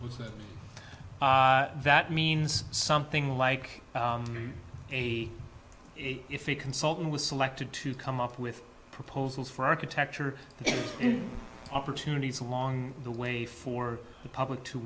we that means something like a if a consultant was selected to come up with proposals for architecture opportunities along the way for the public to